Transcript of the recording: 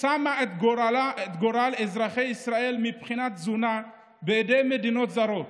שמה את גורל אזרחי ישראל מבחינת תזונה בידי מדינות זרות.